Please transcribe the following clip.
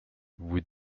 vous